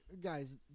guys